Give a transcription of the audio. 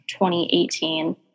2018